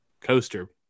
coaster